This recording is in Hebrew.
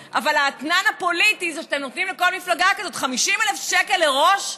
אבל האתנן הפוליטי זה שאתם נותנים לכל מפלגה כזאת 50,000 שקל לראש.